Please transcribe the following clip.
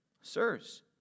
Sirs